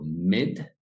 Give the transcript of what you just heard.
mid